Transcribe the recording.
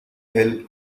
hill